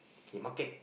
the market